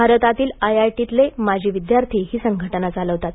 भारतातील आयआयटीमधले माजी विद्यार्थी ही संघटना चालवतात